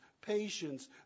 patience